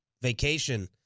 vacation